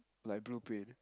like blueprint eh